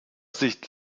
sicht